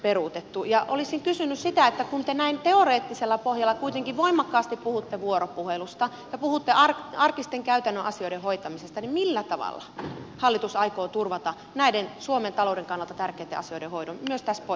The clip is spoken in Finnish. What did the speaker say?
ja olisin kysynyt sitä että kun te näin teoreettisella pohjalla kuitenkin voimakkaasti puhutte vuoropuhelusta ja puhutte arkisten käytännön asioiden hoitamisesta niin millä tavalla hallitus aikoo turvata näiden suomen talouden kannalta tärkeitten asioiden hoidon myös tässä poikkeustilanteessa